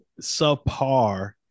subpar